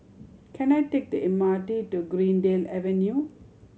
can I take the M R T to Greendale Avenue